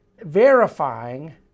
verifying